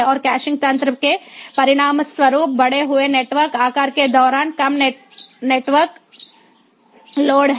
और कैशिंग तंत्र के परिणामस्वरूप बढ़े हुए नेटवर्क आकार के दौरान कम नेटवर्क लोड है